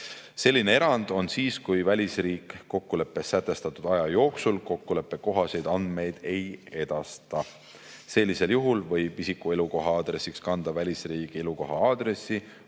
Selline erand on siis, kui välisriik kokkuleppes sätestatud aja jooksul kokkuleppekohaseid andmeid ei edasta. Sellisel juhul võib isiku elukoha aadressiks kanda välisriigi elukoha aadressi,